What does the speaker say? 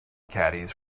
caddies